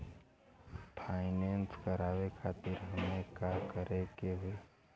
Finance करावे खातिर हमें का करे के होई?